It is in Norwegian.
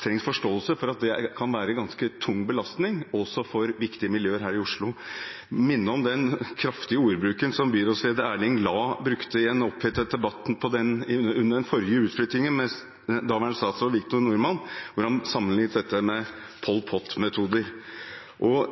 trengs forståelse for at det kan være en ganske tung belastning, også for viktige miljøer her i Oslo. Jeg vil minne om den kraftige ordbruken til byrådsleder Erling Lae i en opphetet debatt under den forrige utflyttingen med daværende statsråd Victor Norman, hvor han sammenlignet dette med Pol Pot-metoder.